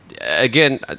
again